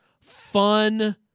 fun